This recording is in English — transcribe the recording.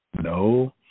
No